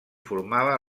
formava